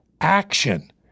action